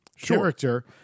character